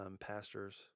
pastors